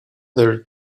their